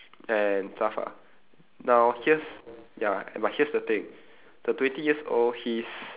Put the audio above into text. and stuff ah now here's ya but here's the thing the twenty years old he's